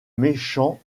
méchant